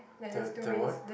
the the what